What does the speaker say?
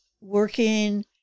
working